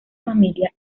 familia